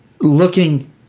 looking